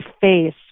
face